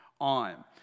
on